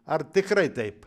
ar tikrai taip